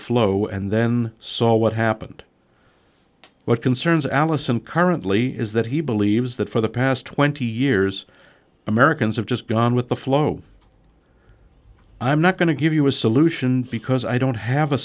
flow and then saw what happened what concerns allison currently is that he believes that for the past twenty years americans have just gone with the flow i'm not going to give you a solution because i don't have a